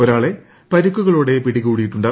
ഒരാളെ പരിക്കുകളോടെ പിടികൂടിയിട്ടുണ്ട്